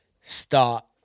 start